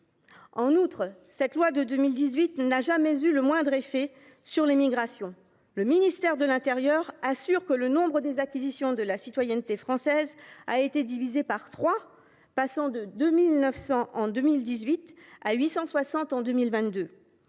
ailleurs, cette loi de 2018 n’a jamais eu le moindre effet sur les migrations. Le ministère de l’intérieur assure que le nombre d’acquisitions de la nationalité française a été divisé par trois, passant de 2 900 en 2018 à 860 en 2022.